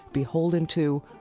beholden to,